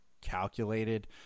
calculated